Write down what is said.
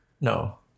no